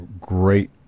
great